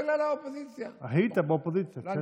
בהתנתקות אני הייתי בגוש קטיף.